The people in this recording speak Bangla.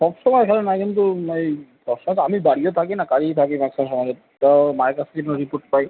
সব সময় নয় কিন্তু মানে এই সব সময় তো আমি বাড়িও থাকি না কাজেই থাকি ম্যাক্সিমাম সময় তো মায়ের কাছ থেকে এগুনো রিপোর্ট পাই